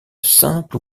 simple